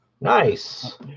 Nice